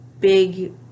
big